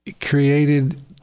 Created